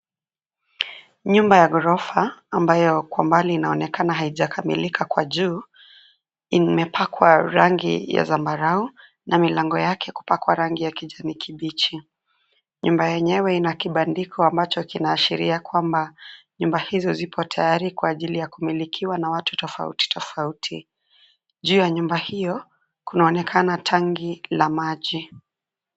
Nyumba ya ghorofa, ambayo kwa mbali inaonekana haijakamilika kwa juu, imepakwa rangi ya zambarau na milango yake kupakwa rangi ya kijani kibichi. Nyumba yenyewe ina kibandiko ambacho kinaashiria kwamba, nyumba hizo zipo tayari kwa ajili ya kumilikiwa na watu tofauti tofauti. Juu ya nyumba hiyo, kunaonekana tangi la maji.